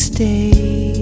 stay